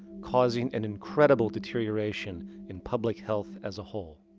causing an incredible deterioration in public health as a whole.